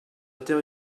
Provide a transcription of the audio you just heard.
terre